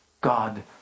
God